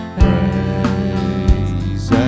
praise